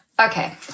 Okay